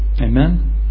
Amen